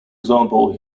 example